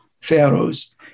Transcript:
pharaohs